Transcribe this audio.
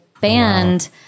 band